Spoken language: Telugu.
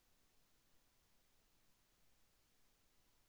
క్రెడిట్ కార్డ్ కోసం దరఖాస్తు చేయవచ్చా?